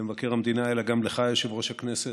למבקר המדינה אלא גם לך, יושב-ראש הכנסת.